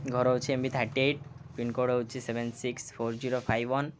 ଘର ହେଉଛି M B thirty eight pincode ହେଉଛିି seven six four zero five one